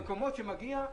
אבל למקומות שמגיע,